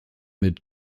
mit